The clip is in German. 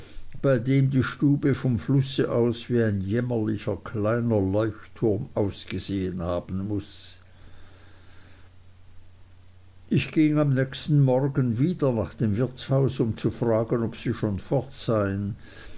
bei dem die stube vom flusse aus wie ein jämmerlicher kleiner leuchtturm ausgesehen haben muß ich ging am nächsten morgen wieder nach dem wirtshaus um zu fragen ob sie schon fort seien